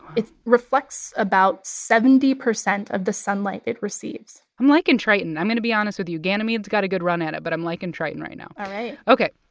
it reflects about seventy percent of the sunlight it receives i'm like and liking i'm going to be honest with you. ganymede's got a good run at it, but i'm liking triton right now all right ok,